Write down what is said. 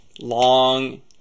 long